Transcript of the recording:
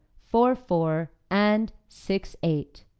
four four, and six eight.